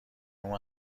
اون